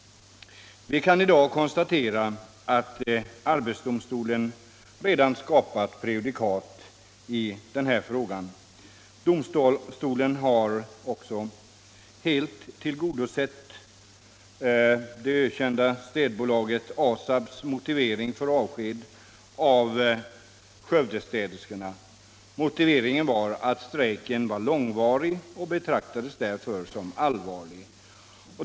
Vi kan i dag konstatera att arbetsdomstolen redan har skapat prejudikat i denna fråga. Domstolen har helt godkänt det ökända städbolaget ASAB:s motivering för avsked av Skövdestäderskorna. Motiveringen var att strejken var långvarig och därför betraktades som allvarlig.